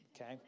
okay